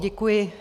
Děkuji.